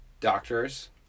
doctors